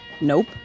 Nope